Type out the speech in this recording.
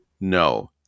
No